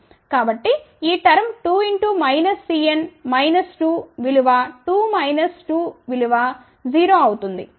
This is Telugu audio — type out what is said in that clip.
కాబట్టి ఈ term 2 x minus Cn minus 2 విలువ 2 మైనస్ 2 విలువ 0 అవుతుంది